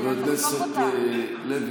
חבר הכנסת לוי,